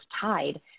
tied